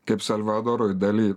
kaip salvadorui dali